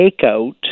takeout